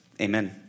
Amen